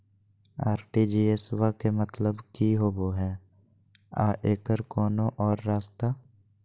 RTGS बा के मतलब कि होबे हय आ एकर कोनो और रस्ता?